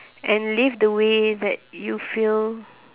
and live the way that you feel